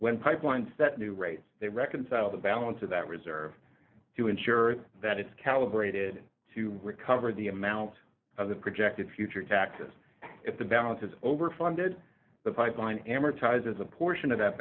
when pipelines that new rates they reconcile the balance of that reserve to ensure that it's calibrated to recover the amount of the projected future taxes if the balance is over funded the pipeline amortizes a portion of that